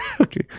Okay